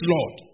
Lord